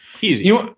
Easy